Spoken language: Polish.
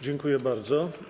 Dziękuję bardzo.